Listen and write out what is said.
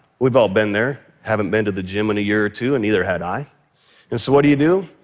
we've all been there, haven't been to the gym in a year or two. and neither had i. and so what do you do?